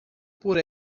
por